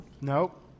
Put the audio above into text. nope